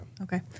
okay